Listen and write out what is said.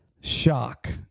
shock